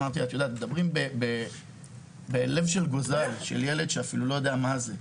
אמרתי לה שמדובר בלב של גוזל ובילד שלא יודע אפילו מה זה.